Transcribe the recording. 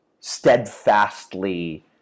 steadfastly